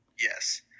yes